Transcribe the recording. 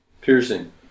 piercing